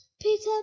Peter